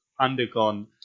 undergone